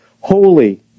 Holy